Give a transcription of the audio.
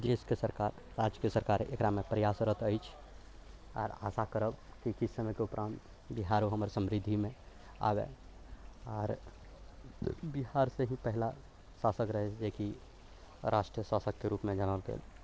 देशके सरकार राज्यके सरकार ओकरामे प्रयासरत अछि आओर आशा करब किछु समयके उपरान्त बिहार हमर समृद्धिमे आबए आओर बिहारसँ ही पहिला शासक रहए जेकि राष्ट्रीय शासकके रूपमे जानल जाइ